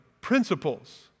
principles